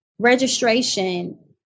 Registration